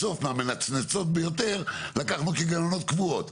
בסוף את מנצנצות ביותר לקחנו כגננות קבועות.